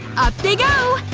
they go!